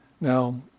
Now